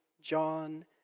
John